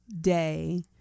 day